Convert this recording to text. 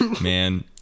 man